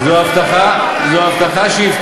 זו הבטחה שהבטיח.